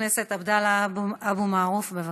חבר הכנסת עבדאללה אבו מערוף, בבקשה.